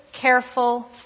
careful